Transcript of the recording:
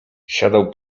siadał